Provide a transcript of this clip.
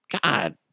God